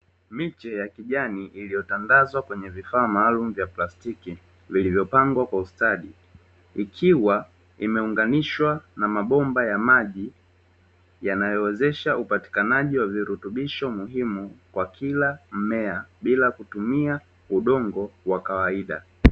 Miche ya kijani iliyotandazwa kwenye vifaa maalumu vya plastiki vilivyopangwa kwa ustadi, ikiwa imeunganishwa na mabomba ya maji, yanayowezesha upatikanaji wa virutubisho muhimu kwa kila mmea bila kutumia udongo wa kawaida.